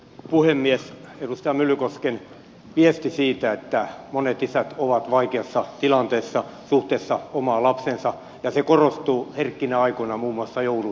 edustaja myllykosken viesti siitä että monet isät ovat vaikeassa tilanteessa suhteessa omaan lapseensa korostuu herkkinä aikoina muun muassa joulun yhteydessä